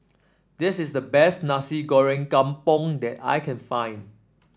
this is the best Nasi Goreng Kampung that I can find